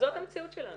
המציאות שלנו.